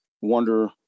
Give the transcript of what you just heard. wonder